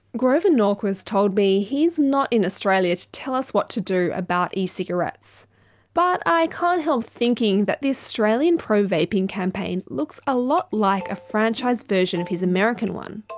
grover norquist told me he's not in australia to tell us what to do about e-cigarettes, but i can't help thinking that the australian pro-vaping campaign looks a lot like a franchised version of his american one.